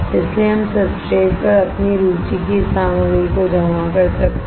इसलिए हम सब्सट्रेट पर अपनी रुचि की इस सामग्री को जमा कर सकते हैं